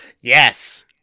Yes